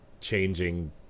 changing